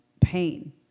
pain